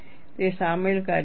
તે સામેલ કાર્ય છે